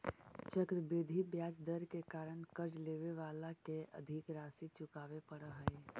चक्रवृद्धि ब्याज दर के कारण कर्ज लेवे वाला के अधिक राशि चुकावे पड़ऽ हई